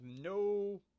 no